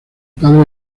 padre